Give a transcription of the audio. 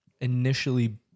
initially